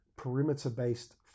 perimeter-based